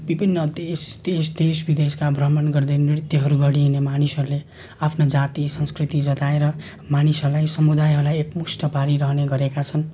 विभिन्न देश देश देश बिदेशका भ्रमण गर्दै नृत्यहरू गरिहिड्ने मानिसहरूले आफ्नो जाति संस्कृति जताएर मानिसहरूलाई समुदायलाई एक मुस्ट पारिरहने गरेका छन्